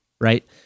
right